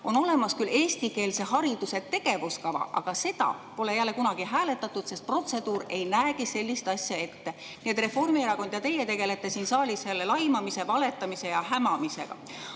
On olemas küll eestikeelse hariduse tegevuskava, aga seda pole jälle kunagi hääletatud, sest protseduur ei näegi sellist asja ette. Nii et Reformierakond ja teie tegelete siin saalis jälle laimamise, valetamise ja hämamisega. Aga